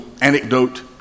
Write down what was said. anecdote